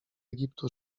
egiptu